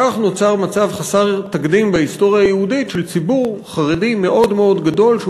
כך נוצר מצב חסר תקדים בהיסטוריה היהודית של ציבור חרדי גדול מאוד